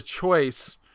choice